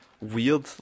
weird